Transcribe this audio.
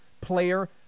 Player